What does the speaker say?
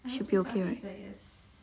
should be okay right